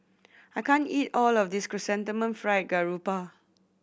I can't eat all of this Chrysanthemum Fried Garoupa